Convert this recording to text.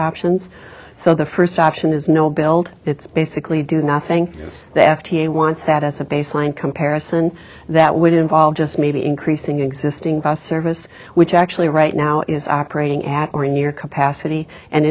options so the first option is no build it's basically do nothing the f d a wants that as a baseline comparison that would involve just maybe increasing existing bus service which actually right now is operating at or near capacity and